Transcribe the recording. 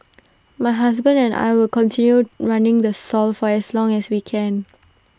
my husband and I will continue running the soft for as long as we can